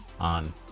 on